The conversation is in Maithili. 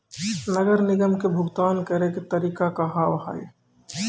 नगर निगम के भुगतान करे के तरीका का हाव हाई?